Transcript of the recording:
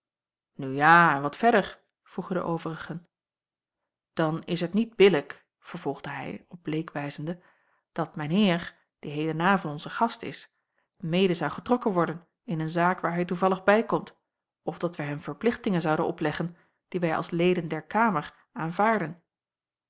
nu ja en wat verder vroegen de overigen dan is het niet billijk vervolgde hij op bleek wijzende dat mijn heer die heden avond onze gast is mede zou getrokken worden in een zaak waar hij toevallig bijkomt of dat wij hem verplichtingen zouden opleggen die wij als leden der kamer aanvaarden